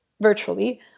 virtually